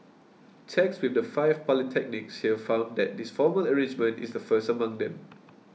checks with the five polytechnics here found that this formal arrangement is the first among them